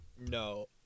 No